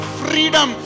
freedom